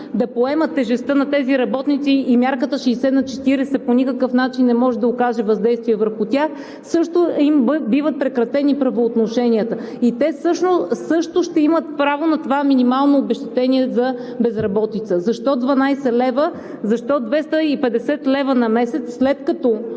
да поемат тежестта на тези работници и мярката 60/40 по никакъв начин не може да окаже въздействие върху тях, също им биват прекратени правоотношенията. И те също ще имат право на това минимално обезщетение за безработица. Защо 12 лв., защо 250 лв. на месец, след като